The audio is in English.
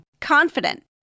confident